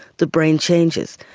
the brain changes.